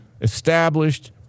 established